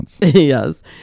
Yes